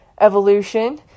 evolution